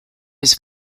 his